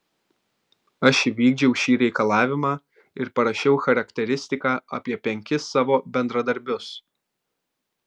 aš įvykdžiau šį reikalavimą ir parašiau charakteristiką apie penkis savo bendradarbius